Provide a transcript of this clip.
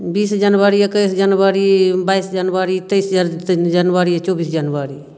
बीस जनवरी एकैस जनवरी बाइस जनवरी तेइस जनवरी चौबीस जनवरी